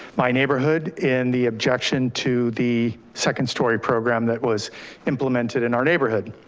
my neighborhood in the objection to the second story program that was implemented in our neighborhood.